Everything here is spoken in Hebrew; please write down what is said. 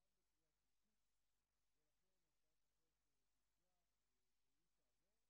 והיא נכנסת לספר החוקים של מדינת ישראל,